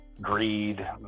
greed